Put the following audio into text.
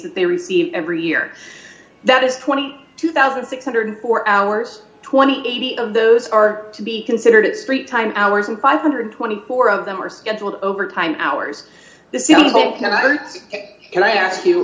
that they receive every year that is twenty two thousand six hundred and four hours twenty eight of those are to be considered it's three time hours and five hundred and twenty four dollars of them are scheduled overtime hours and i ask you